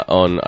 on